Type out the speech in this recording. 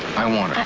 i want that.